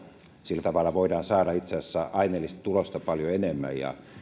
sillä tavalla voidaan saada itse asiassa aineellista tulosta paljon enemmän ja